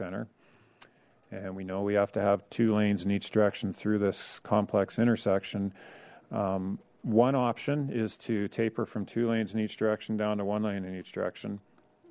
center and we know we have to have two lanes in each direction through this complex intersection one option is to taper from two lanes in each direction down to one lane in each direction